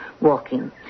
walking